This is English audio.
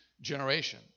generation